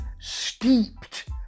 steeped